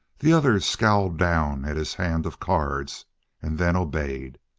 the other scowled down at his hand of cards and then obeyed.